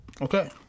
Okay